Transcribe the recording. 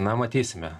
na matysime